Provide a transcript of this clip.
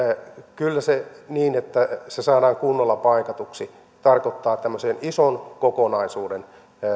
kyllä se on niin että sen saaminen kunnolla paikatuksi tarkoittaa tämmöisen ison kokonaisuuden